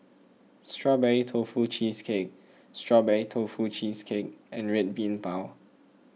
Strawberry Tofu Cheesecake Strawberry Tofu Cheesecake and Red Bean Bao